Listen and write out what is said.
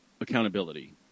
accountability